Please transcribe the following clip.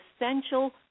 essential